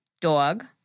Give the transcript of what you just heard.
Dog